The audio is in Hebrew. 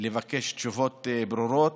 לבקש תשובות ברורות.